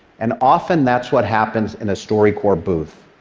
and often that's what happens in a storycorps booth.